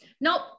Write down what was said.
Nope